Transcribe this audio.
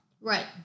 Right